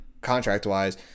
contract-wise